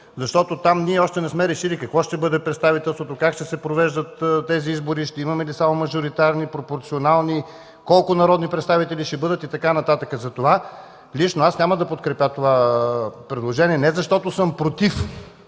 защото там ние още не сме решили какво ще бъде представителството, как ще се провеждат тези избори, ще имаме ли само мажоритарни, пропорционални, колко народни представители ще бъдат и така нататък. Затова лично аз няма да подкрепя това предложение, не защото съм против